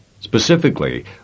Specifically